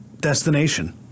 destination